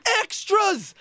extras